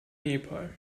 nepal